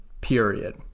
period